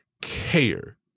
care